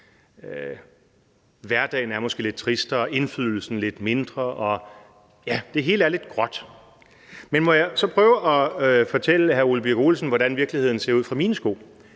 Hverdagen er måske lidt trist, og indflydelsen lidt mindre – ja, det hele er lidt gråt. Men må jeg så prøve at fortælle hr. Ole Birk Olesen, hvordan